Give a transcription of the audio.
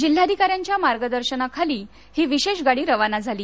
जिल्हाधिकाऱ्यांच्या मार्गदर्शनाखाली ही विशेष गाडी रवाना झाली